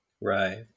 Right